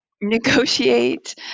negotiate